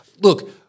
look